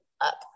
up